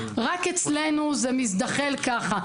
רק אצלנו זה מזדחל ככה.